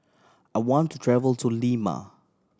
I want to travel to Lima